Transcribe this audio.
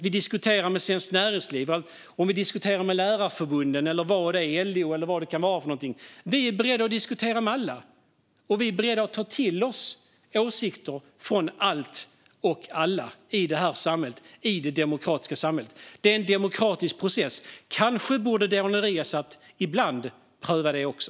Vi diskuterar med Svenskt Näringsliv, lärarförbunden, LO eller vad det kan vara för någonting. Vi är beredda att diskutera med alla. Vi är beredda att ta till oss åsikter från allt och alla i det demokratiska samhället. Det är en demokratisk process. Kanske borde Daniel Riazat ibland pröva det också.